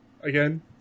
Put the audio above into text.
again